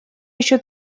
еще